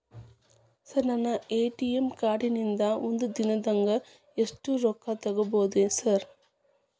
ನನ್ನ ATM card ನಿಂದಾ ಒಂದ್ ದಿಂದಾಗ ಎಷ್ಟ ರೊಕ್ಕಾ ತೆಗಿಬೋದು ಸಾರ್?